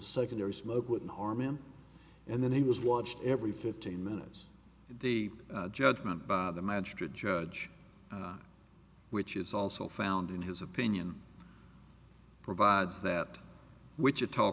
secondary smoke wouldn't harm him and then he was watched every fifteen minutes the judgment by the magistrate judge which is also found in his opinion provides that wichita